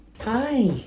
Hi